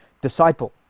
disciple